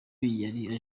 yari